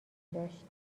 داشت